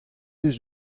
eus